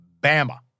Bama